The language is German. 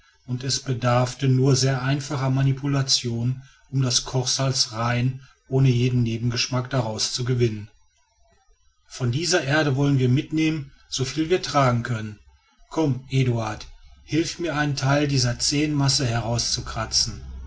und es bedurfte nur sehr einfacher manipulationen um das kochsalz rein ohne jeden nebengeschmack daraus zu gewinnen von dieser erde wollen wir mitnehmen soviel als wir tragen können komm eduard hilf mir einen teil dieser zähen masse herauskratzen